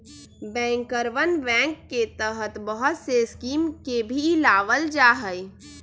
बैंकरवन बैंक के तहत बहुत से स्कीम के भी लावल जाहई